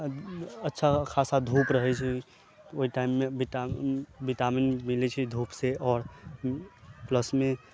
अच्छा खासा धूप रहै छै ओहि टाइम मे विटामिन मिलय छै धूप से और प्लस मे